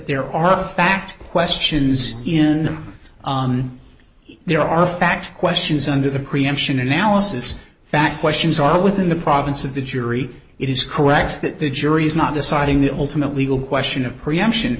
there are a fact questions in there are fact questions under the preemption analysis that questions are within the province of the jury it is correct that the jury is not deciding the ultimate legal question of preemption